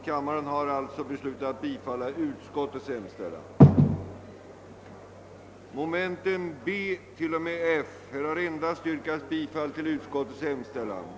Därefter hålles planenligt avslutningssammanträde kl. 15.00.